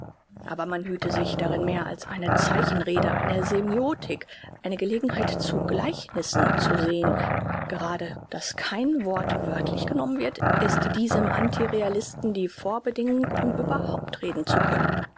aber man hüte sich darin mehr als eine zeichenrede eine semiotik eine gelegenheit zu gleichnissen zu sehn gerade daß kein wort wörtlich genommen wird ist diesem anti realisten die vorbedingung um überhaupt reden zu können